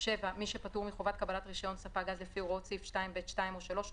מי שפטור מחובת קבלת רישיון ספק לפי הוראות סעיף 2(ב)(2) או (3),